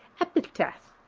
epitaph,